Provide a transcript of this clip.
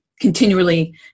continually